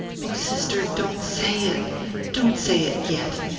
oh, sister, don't say it don't say it yet!